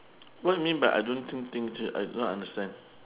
what you mean by I don't think think think I don't understand